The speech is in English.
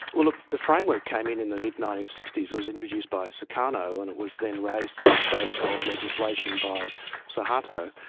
ah the framework came in in the mid nineteen sixty s. it was introduced by sukarno, and it was then raised to the status ah of legislation by suharto.